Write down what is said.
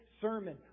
sermon